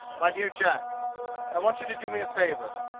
my dear jack i want you to do me a favour.